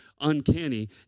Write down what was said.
uncanny